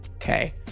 okay